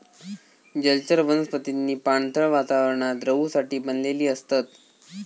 जलचर वनस्पतींनी पाणथळ वातावरणात रहूसाठी बनलेली असतत